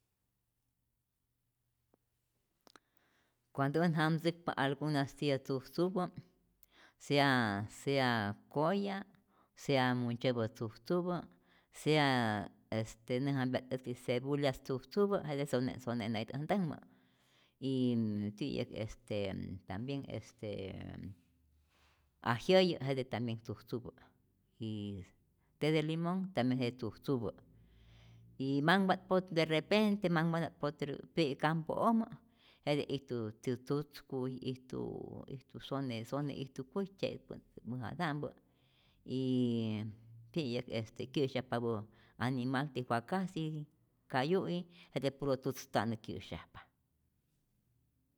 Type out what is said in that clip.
Cuando äj jamtzäkpa alguna tiyä tzujtzupä sea sea koya, sea muntzyäpä tzujtzupä, sea este näjampya't äjtyät cebulya tzujtzupä jete sone't sone't na'ij äj ntäkmä y ti'yäk este tambien este ajyäyä jete tambien tzujtzupä y te de limón tambien jete tzujtzupä y mas y manhpat pot derrepente manhpana't potreru' tiyäk campo'ojmä jete ijtu tzu tzutzkuy, ijtu sone ijtu kuy tzye'pä, mäjata'mpä y ti'yä este kyä'syajpapä animalti wakasti, kayu'i jete puro tzutz ta'nä kyä'syajpa.